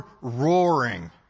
roaring